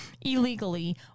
illegally